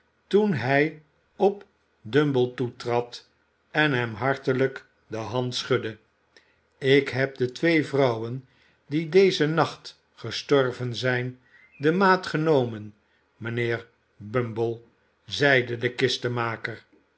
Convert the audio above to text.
toen hij op bumble toetrad en hem hartelijk de hand schudde ik heb de twee vrouwen die dezen nacht gestorven zijn de maat genomen mijnheer bumble zeide de